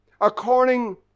According